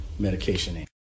medication